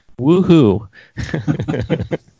woohoo